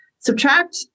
subtract